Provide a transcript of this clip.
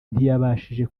ntiyabashije